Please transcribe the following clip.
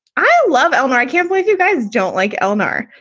i love lmr. i can't believe you guys don't like elna.